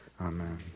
Amen